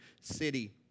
city